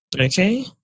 okay